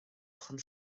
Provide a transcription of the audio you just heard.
chun